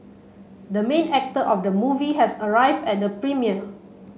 the main actor of the movie has arrive at the premiere